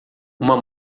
uma